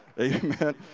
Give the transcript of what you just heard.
Amen